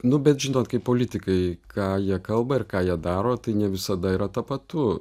nu bet žinot kaip politikai ką jie kalba ir ką jie daro tai ne visada yra tapatu